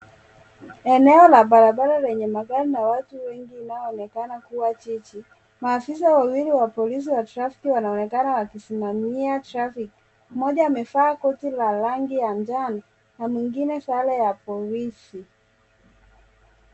Eneo la barabara lenye magari na watu wengi unaonekana kuwa jiji. Maafisa wawili wa polisi wa trafiki wanaonekana wakisimamia traffic moja amevaa koti la rangi ya njano na mwingine sare ya polisi.